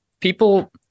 people